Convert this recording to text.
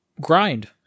grind